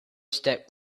stepped